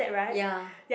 ya